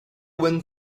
when